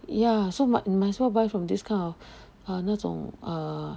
ya so might you might as well buy from this kind of err 那种 err